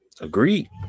Agreed